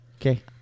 Okay